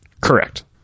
Correct